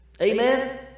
Amen